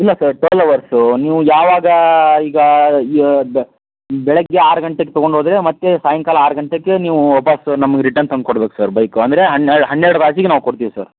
ಇಲ್ಲ sir twelve hours ನೀವು ಯಾವಾಗ ಈಗ ಬೆಳಿಗ್ಗೆ ಆರು ಗಂಟೆಗೆ ತೊಗೊಂಡೋದ್ರೆ ಮತ್ತೆ ಸಾಯಂಕಾಲ ಆರು ಗಂಟೆಗೆ ನೀವು ವಾಪೀಸು ನಮಗೆ ರಿಟನ್ ತಂದ್ಕೊಡಬೇಕು ಸರ್ ನಮಗೆ ಬೈಕು ಅಂದರೆ ಹನ್ನೆರ್ಡು ಹನ್ನೆರ್ಡು ತಾಸಿಗೆ ನಾವು ಕೊಡ್ತೀವಿ ಸರ್